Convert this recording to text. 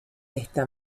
esta